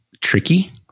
tricky